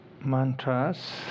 mantras